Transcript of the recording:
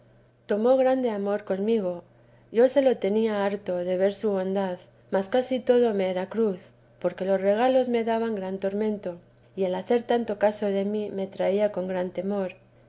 tomó grande amor conmigo yo se le tenía harto de ver su bondad mas casi todo me era cruz porque los regalos me daban gran tormento y el hacer tanto caso de mi me traía con gran tormento